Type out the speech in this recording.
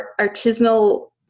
artisanal